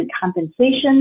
compensation